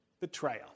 betrayal